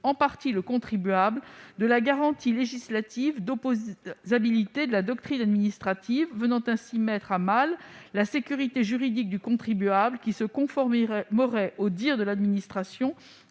en partie le contribuable de la garantie législative d'opposabilité de la doctrine administrative, venant ainsi mettre à mal la sécurité juridique du contribuable qui se conformerait aux dires de l'administration,